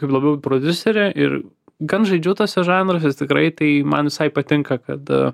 kaip labiau į prodiuserį ir gan žaidžiu tuose žanruose tikrai tai man visai patinka kad